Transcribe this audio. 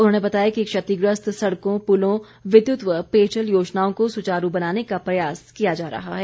उन्होंने बताया कि क्षतिग्रस्त सड़कों पुलों विद्युत व पेयजल योजनाओं को सुचारू बनाने का प्रयास किया जा रहा है